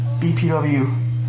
BPW